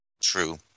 True